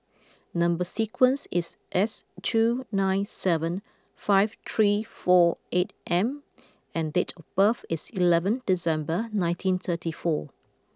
number sequence is S two nine seven five three four eight M and date of birth is eleven December nineteen thirty four